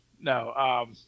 No